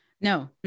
No